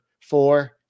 four